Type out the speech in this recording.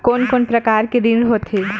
कोन कोन प्रकार के ऋण होथे?